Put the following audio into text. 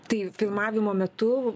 tai filmavimo metu